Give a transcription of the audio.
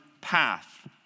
path